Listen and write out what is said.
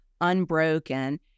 Unbroken